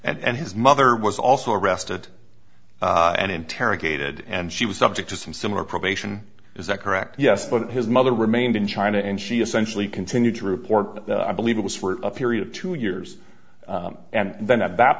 and his mother was also arrested and interrogated and she was subject to some similar probation is that correct yes but his mother remained in china and she essentially continued to report that i believe it was for a period of two years and then at that